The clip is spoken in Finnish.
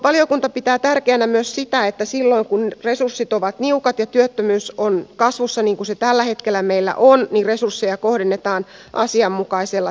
valiokunta pitää tärkeänä myös sitä että silloin kun resurssit ovat niukat ja työttömyys on kasvussa niin kuin se tällä hetkellä meillä on resursseja kohdennetaan asianmukaisella tavalla